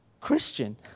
Christian